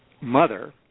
mother